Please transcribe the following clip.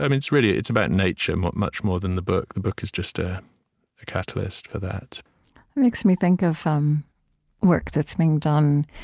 um really it's about nature, much much more than the book. the book is just ah a catalyst for that makes me think of um work that's being done,